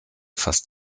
fast